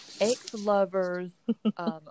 ex-lover's